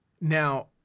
Now